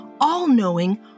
all-knowing